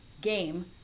game